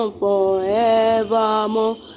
forevermore